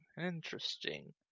Interesting